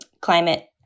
climate